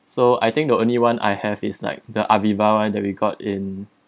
so I think the only one I have is like the Aviva [one] that we got in